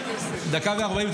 דקה וארבעים.